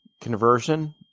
conversion